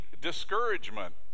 discouragement